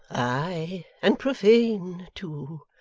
ay, and profane too,